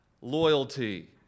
loyalty